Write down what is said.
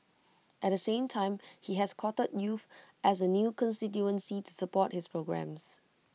at the same time he has courted youth as A new constituency to support his programmes